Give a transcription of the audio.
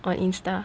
on Insta